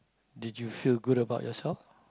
did you feel good about yourself